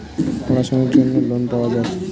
পড়াশোনার জন্য লোন পাওয়া যায়